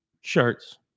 shirts